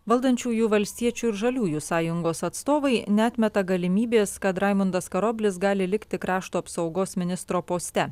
valdančiųjų valstiečių ir žaliųjų sąjungos atstovai neatmeta galimybės kad raimundas karoblis gali likti krašto apsaugos ministro poste